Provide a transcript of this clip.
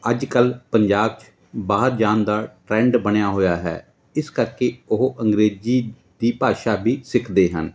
ਅੱਜ ਕੱਲ੍ਹ ਪੰਜਾਬ 'ਚ ਬਾਹਰ ਜਾਣ ਦਾ ਟਰੈਂਡ ਬਣਿਆ ਹੋਇਆ ਹੈ ਇਸ ਕਰਕੇ ਉਹ ਅੰਗਰੇਜ਼ੀ ਦੀ ਭਾਸ਼ਾ ਵੀ ਸਿੱਖਦੇ ਹਨ